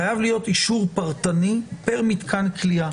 חייב להיות אישור פרטני פר מתקן כליאה.